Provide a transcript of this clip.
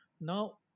Now